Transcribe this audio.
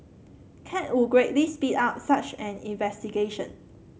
cat would greatly speed up such an investigation